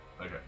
Okay